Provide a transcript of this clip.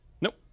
Nope